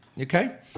Okay